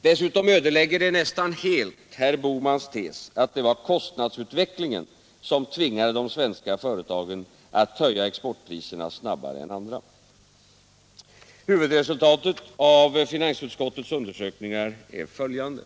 Dessutom ödelägger det nästan helt herr Bohmans tes att det var kostnadsutvecklingen som tvingade de svenska företagen att höja exportpriserna snabbare än andra. Huvudresultaten av finansutskottets undersökning är följande.